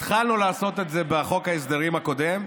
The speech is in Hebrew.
התחלנו לעשות את זה בחוק ההסדרים הקודם,